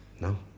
No